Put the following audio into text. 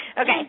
Okay